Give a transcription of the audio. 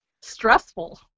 stressful